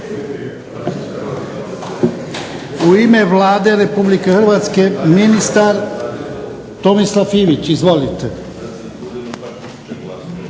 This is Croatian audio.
U ime Vlade Republike Hrvatske ministar Tomislav Ivić. Izvolite.